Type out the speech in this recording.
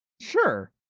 Sure